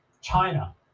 China